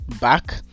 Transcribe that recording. back